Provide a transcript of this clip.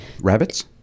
Rabbits